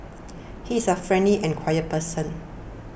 he is a friendly and quiet person